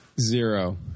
Zero